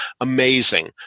Amazing